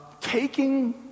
taking